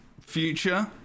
future